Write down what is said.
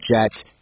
Jets